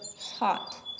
hot